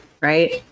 right